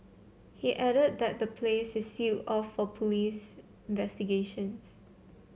he added that the place is sealed of police investigations